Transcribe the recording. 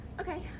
Okay